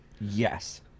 Yes